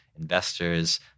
investors